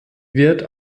wird